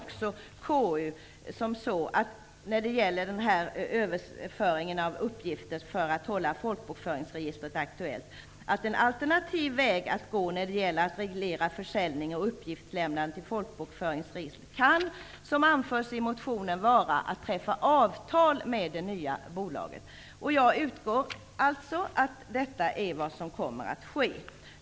KU säger när det gäller sådan här överföring av uppgifter för att hålla folkbokföringsregistret aktuellt: En alternativ väg att gå när det gäller att reglera försäljning och uppgiftslämnande till folkbokföringsregistret kan, som anförs i motionen, vara att träffa avtal med det nya bolaget. Jag utgår alltså från att detta är vad som kommer att ske.